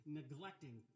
neglecting